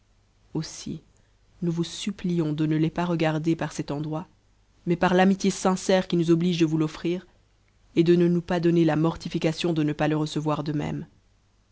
usst nous vous supplions de ne les pas regarder par cet endroit mais l'amitié sincère qui nous oblige de vous l'offrir et de ne nous pas tjonner la mortification de ne pas le recevoir de même